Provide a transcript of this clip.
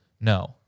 No